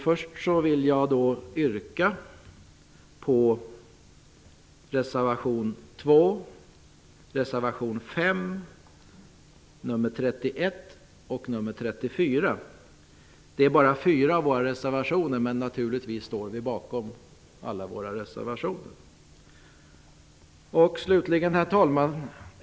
Först vill jag yrka bifall till res. 2, 5, 31 och 34. Det är bara fyra av våra reservationer, men vi står naturligtvis bakom alla våra reservationer. Herr talman!